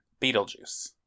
Beetlejuice